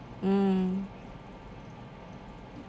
mm